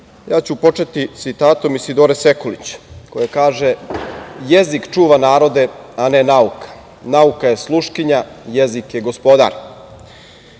ja ću početi citatom Isidore Sekulić koja kaže: „Jezik čuva narode, a ne nauka. Nauka je sluškinja, jezik je gospodar.“Da